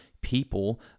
people